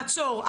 עכשיו לעצור,